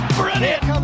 brilliant